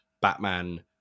Batman